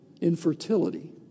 infertility